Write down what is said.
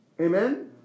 Amen